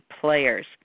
players